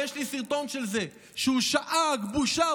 ויש לי סרטון של זה שהוא שאג: בושה,